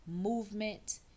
movement